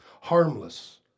harmless